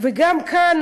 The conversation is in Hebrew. וגם כאן